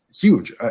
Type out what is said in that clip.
huge